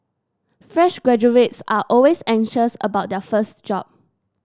fresh graduates are always anxious about their first job